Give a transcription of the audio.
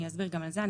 אני אסביר גם על זה.